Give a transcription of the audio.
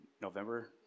November